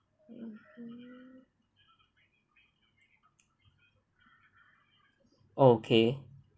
okay